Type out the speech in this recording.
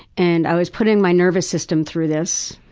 and i was putting my nervous system through this,